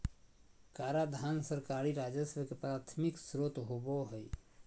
कराधान सरकारी राजस्व के प्राथमिक स्रोत होबो हइ